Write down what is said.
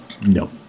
No